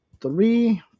three